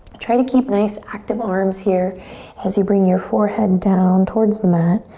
try to keep nice active arms here as you bring your forehand down towards the mat.